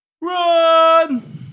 Run